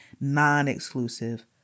non-exclusive